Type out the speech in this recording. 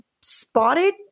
spotted